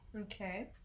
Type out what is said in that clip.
Okay